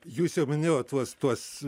jūs jau minėjot tuos tuos